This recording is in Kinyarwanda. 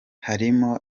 harimo